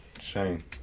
Shane